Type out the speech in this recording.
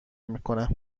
میکنه